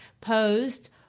posed